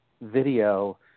video